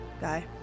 guy